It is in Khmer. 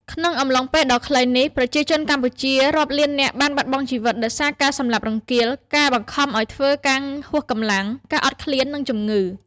ក្នុងអំឡុងពេលដ៏ខ្លីនេះ ប្រជាជនកម្ពុជារាប់លាននាក់បានបាត់បង់ជីវិតដោយសារការសម្លាប់រង្គាល ការបង្ខំឱ្យធ្វើការហួសកម្លាំង ការអត់ឃ្លាន និងជំងឺ។